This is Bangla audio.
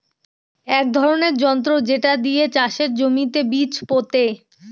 এক ধরনের যন্ত্র যেটা দিয়ে চাষের জমিতে বীজ পোতে